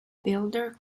builder